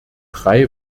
drei